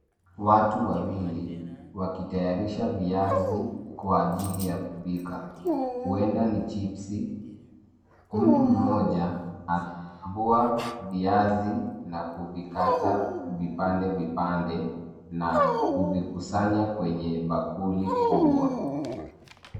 Watu wawili wanatayarisha viazi kwa ajili ya kupika, huenda ni viazi karanga. Mtu mmoja anakoroga viazi na kuvikata vipande vipande kisha kuvikusanya kwenye bakuli kubwa.